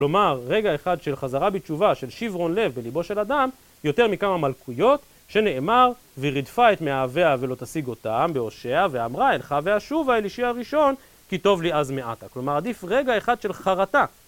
כלומר רגע אחד של חזרה בתשובה של שברון לב בליבו של אדם יותר מכמה מלכויות שנאמר וירדפה את מאהביה ולא תשיג אותם בהושע, ואמרה אלכה ואשובה אל אישי הראשון, כי טוב לי אז מעתה כלומר עדיף רגע אחד של חרטה